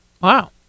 Wow